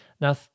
Now